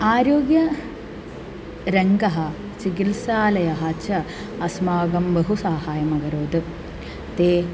आरोग्यरङ्गः चिकित्सालयः च अस्माकं बहु साहायम् अकरोत् ते